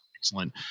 excellent